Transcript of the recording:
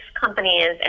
companies